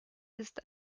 ist